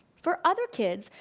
for other kids,